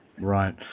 Right